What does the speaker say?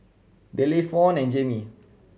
Delle Fawn and Jaime